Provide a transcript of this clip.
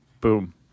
Boom